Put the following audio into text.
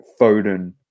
Foden